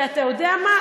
ואתה יודע מה?